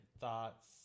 thoughts